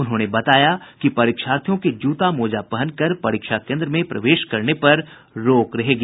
उन्होंने बताया कि परीक्षार्थियों के जूता मोजा पहनकर परीक्षा कोन्द्र में प्रवेश करने पर रोक रहेगी